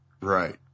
Right